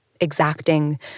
exacting